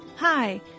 Hi